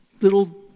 little